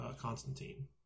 Constantine